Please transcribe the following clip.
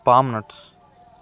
palm nuts